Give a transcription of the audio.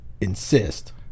insist